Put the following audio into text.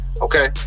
Okay